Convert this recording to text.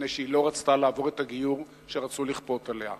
מפני שהיא לא רצתה לעבור את הגיור שרצו לכפות עליה.